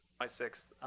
my sixth.